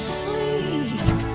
sleep